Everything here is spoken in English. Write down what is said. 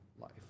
life